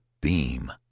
beam